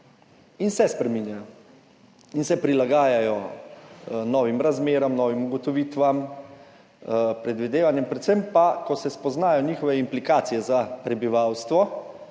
tudi spreminjajo in se prilagajajo novim razmeram, novim ugotovitvam, predvidevanjem, predvsem pa, ko se spoznajo njihove implikacije za prebivalstvo,